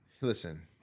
Listen